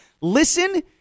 listen